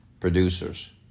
Producers